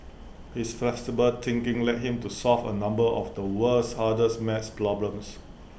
his flexible thinking led him to solve A number of the world's hardest math problems